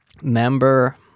member